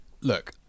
Look